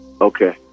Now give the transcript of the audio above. Okay